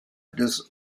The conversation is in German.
des